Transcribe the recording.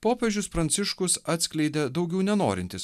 popiežius pranciškus atskleidė daugiau nenorintis